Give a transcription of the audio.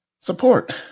Support